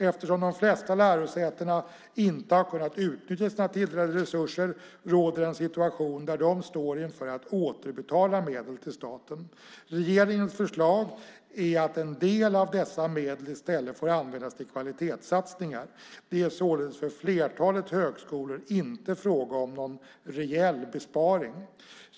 Eftersom de flesta lärosätena inte har kunnat utnyttja sina tilldelade resurser råder en situation där de står inför att återbetala medel till staten. Regeringens förslag är att en del av dessa medel i stället får användas för kvalitetssatsningar. Det är således för flertalet högskolor inte fråga om någon reell besparing.